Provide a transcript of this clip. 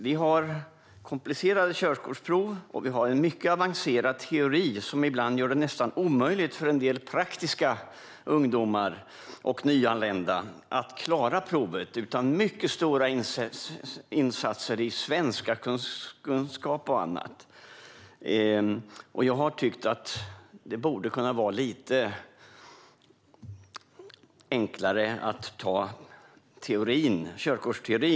Vi har komplicerade körkortsprov med en mycket avancerad teoridel, som ibland gör det nästan omöjligt för en del praktiskt lagda ungdomar och nyanlända att klara provet utan mycket stora insatser för svenskkunskap och annat. Jag har tyckt att det borde kunna vara lite enklare att ta körkortsteorin.